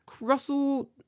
Russell